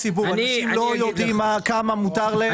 לפני סעיף 5 יבוא "בתנאי שתחזית משרד האוצר להכנסות המדינה זהה לביצוע".